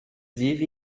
vive